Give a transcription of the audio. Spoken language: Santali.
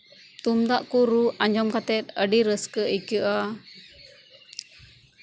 ᱛᱩᱢᱫᱟᱜ ᱠᱩ ᱨᱩ ᱟᱸᱡᱚᱢ ᱠᱟᱛᱮ ᱟᱹᱰᱤ ᱨᱟᱹᱥᱠᱟᱹ ᱟᱹᱭᱠᱟᱹᱜᱼᱟ